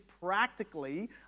practically